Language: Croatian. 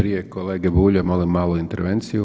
Prije kolege Bulja, molim malu intervenciju.